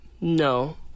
No